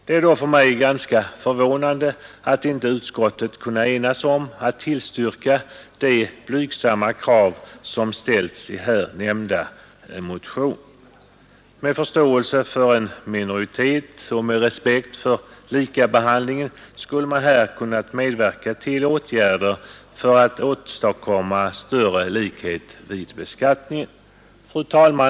Det är då för mig ganska förvånande att man inte i utskottet kunnat enas om att tillstyrka det blygsamma krav som ställts i här nämnda motion. Med förståelse för en minoritet och med respekt för likabehandlingen skulle man här ha kunnat medverka till åtgärder för att åstadkomma större likhet vid beskattningen. Fru talman!